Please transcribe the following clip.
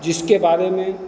जिसके बारे में